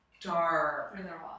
dark